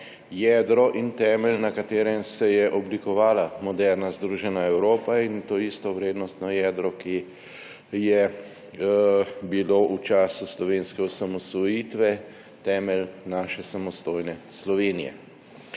jedro in temelj, na katerem se je oblikovala moderna združena Evropa, in to isto vrednostno jedro, kot je bilo v času slovenske osamosvojitve temelj naše samostojne Slovenije.